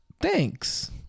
Thanks